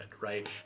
right